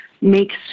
makes